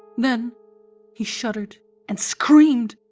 then he shuddered and screamed,